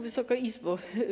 Wysoka Izbo!